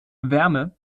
wärme